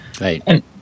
Right